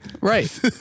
Right